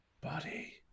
Buddy